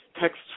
text